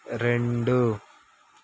రెండు